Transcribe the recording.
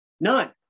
none